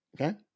Okay